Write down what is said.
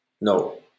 No